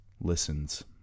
listens